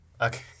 Okay